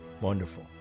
Wonderful